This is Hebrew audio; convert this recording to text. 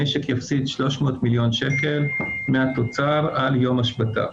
המשק יפסיד 300 מיליון שקל מהתוצר על יום השבתה.